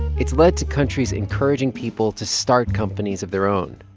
it's led to countries encouraging people to start companies of their own.